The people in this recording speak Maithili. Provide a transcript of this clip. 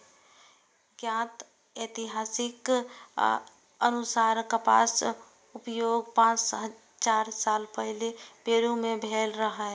ज्ञात इतिहासक अनुसार कपासक उपयोग पांच हजार साल पहिने पेरु मे भेल रहै